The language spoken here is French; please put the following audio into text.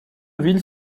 ville